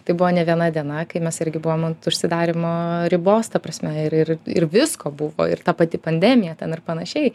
tai buvo nė viena diena kai mes irgi buvom ant užsidarymo ribos ta prasme ir ir ir visko buvo ir ta pati pandemija ten ir panašiai